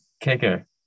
Kicker